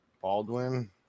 Baldwin